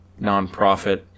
nonprofit